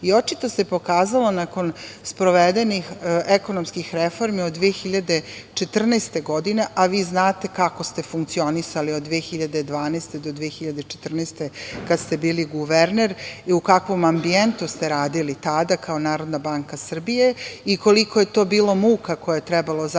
nama. Očito se pokazalo nakon sprovedenih ekonomskih reformi od 2014. godine, a vi znate kako ste funkcionisali od 2012. godine do 2014. godine kada ste bili guverner i u kakvom ambijentu ste radili tada kao NBS i koliko je to bilo muka koje je trebalo zaista